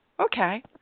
okay